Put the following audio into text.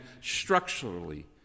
structurally